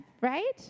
right